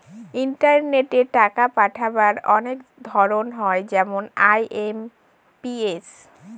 ইন্টারনেটে টাকা পাঠাবার অনেক ধরন হয় যেমন আই.এম.পি.এস